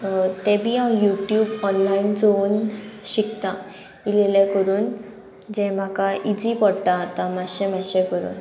तें बी हांव युट्यूब ऑनलायन चोवन शिकता इल्लेले करून जे म्हाका इजी पडटा आतां मातशें मातशें करून